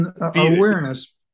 awareness